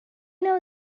know